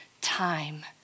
time